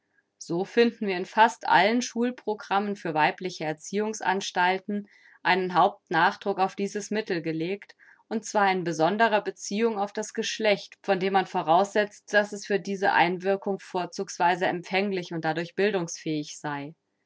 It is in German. so finden wir in fast allen schulprogrammen für weibliche erziehungsanstalten einen hauptnachdruck auf dieses mittel gelegt und zwar in besonderer beziehung auf das geschlecht von dem man voraussetzt daß es für diese einwirkung vorzugsweise empfänglich und dadurch bildungsfähig sei